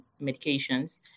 medications